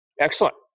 Excellent